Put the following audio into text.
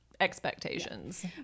expectations